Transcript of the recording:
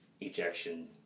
ejection